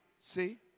see